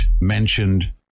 mentioned